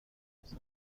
ثبت